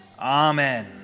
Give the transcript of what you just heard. Amen